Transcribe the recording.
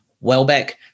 Welbeck